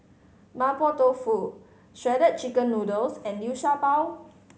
Mapo Tofu Shredded Chicken Noodles and Liu Sha Bao